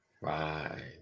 Right